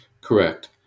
correct